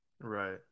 Right